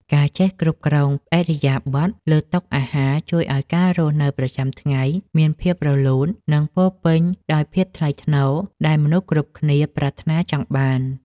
ការចេះគ្រប់គ្រងឥរិយាបថលើតុអាហារជួយឱ្យការរស់នៅប្រចាំថ្ងៃមានភាពរលូននិងពោរពេញដោយភាពថ្លៃថ្នូរដែលមនុស្សគ្រប់គ្នាប្រាថ្នាចង់បាន។